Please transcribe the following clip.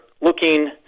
looking